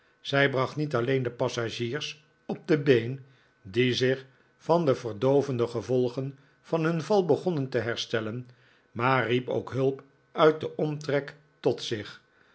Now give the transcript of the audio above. zij bracht niet alleen de passagiers op de been die zich van de verdoovende gevolgen van hun val begonnen te herstellen maar riep ook hulp uit den omtrek tot zich